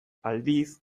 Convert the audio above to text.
aldiz